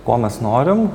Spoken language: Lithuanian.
ko mes norim